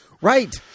Right